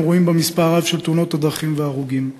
אנו רואים במספר הרב של תאונות הדרכים וההרוגים.